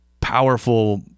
powerful